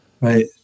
right